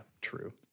true